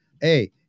hey